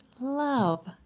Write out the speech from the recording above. love